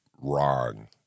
wrong